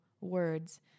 words